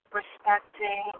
respecting